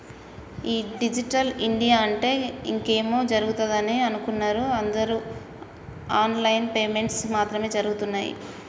ఈ digital India అంటే ఇంకేమో జరుగుతదని అనుకున్నరు అందరు ఆన్ లైన్ పేమెంట్స్ మాత్రం జరగుతున్నయ్యి